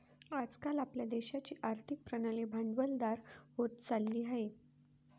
आज काल आपल्या देशाची आर्थिक प्रणाली भांडवलदार होत चालली आहे